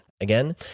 Again